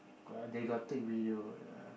got ah they got take video wait ah